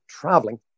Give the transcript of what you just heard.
traveling